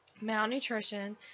Malnutrition